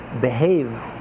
behave